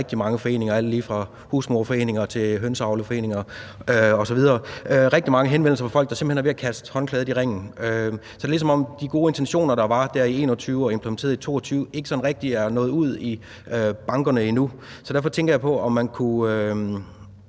der er rigtig mange foreninger, alt lige fra husmoderforeninger til hønseavlerforeninger osv., får rigtig mange henvendelser fra folk, der simpelt hen er ved at kaste håndklædet i ringen. Så det er, som om de gode intentioner, der var i 2021 og implementeret i 2022, ikke sådan rigtig er nået ud i bankerne endnu, og derfor tænker jeg på, om man kunne